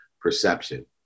perception